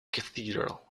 cathedral